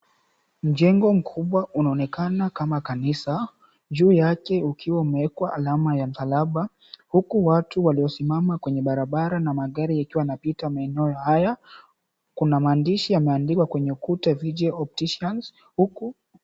Mjengo mkubwa unaonekana kama kanisa juu yake ukiwa umewekwa alama ya msalaba, huku watu wamesimama kwenye barabara na magari yakiwa yanapita maeneo haya. Kuna maandishi yameandikwa kwenye ukuta, "Vijay Optician" huku.